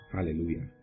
Hallelujah